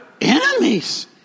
enemies